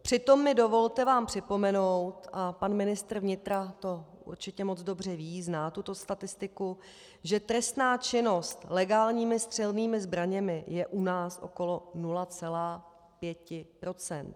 Přitom mi dovolte vám připomenout, a pan ministr vnitra to určitě moc dobře ví, zná tuto statistiku, že trestná činnost legálními střelnými zbraněmi je u nás okolo 0,5 %.